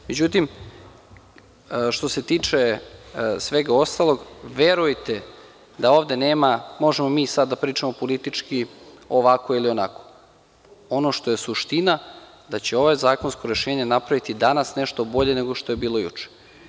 Međutim, što se tiče svega ostalog, verujte da ovde nema, možemo mi sada da pričamo politički ovako ili onako, ali ono što je suština da će ovo zakonsko rešenje napraviti danas nešto bolje nego što je bilo juče.